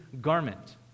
garment